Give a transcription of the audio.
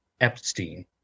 Epstein